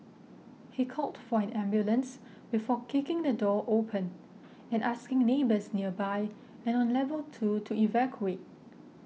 he called for an ambulance before kicking the door open and asking neighbours nearby and on level two to evacuate